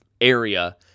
area